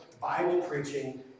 Bible-preaching